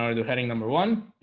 um do heading number one,